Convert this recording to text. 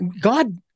God